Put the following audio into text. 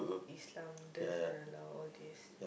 Islam doesn't allow all these